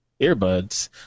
earbuds